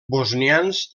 bosnians